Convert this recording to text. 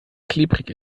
klebrig